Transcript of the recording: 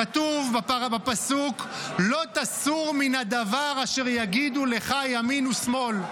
כתוב בפסוק: "לא תסור מן הדבר אשר יגידו לך ימין ושמאל",